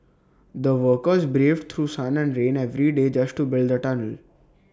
the workers braved through sun and rain every day just to build the tunnel